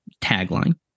tagline